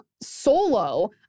solo